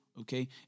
Okay